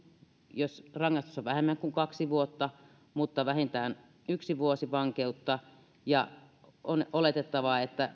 jos rangaistus on vähemmän kuin kaksi vuotta mutta vähintään yksi vuosi vankeutta ja on oletettavaa että